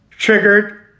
triggered